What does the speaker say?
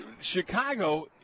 Chicago